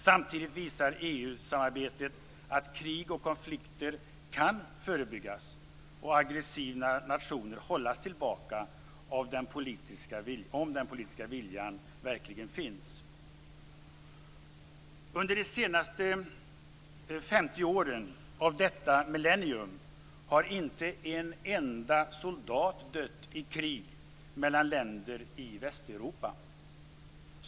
Samtidigt visar EU-samarbetet att krig och konflikter kan förebyggas och aggressiv nationalism hållas tillbaka om den politiska viljan verkligen finns. Under de 50 senaste åren av detta millennium har inte en enda soldat dött i krig mellan länder i Västeuropa.